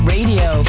Radio